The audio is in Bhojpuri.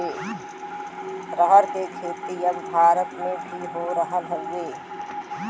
रबर के खेती अब भारत में भी हो रहल हउवे